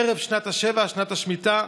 ערב שנת השבע, שנת השמיטה,